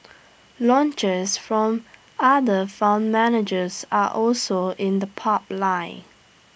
launches from other fund managers are also in the pup line